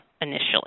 initially